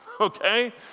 okay